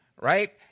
right